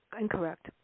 Incorrect